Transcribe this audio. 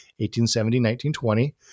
1870-1920